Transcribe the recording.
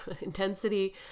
intensity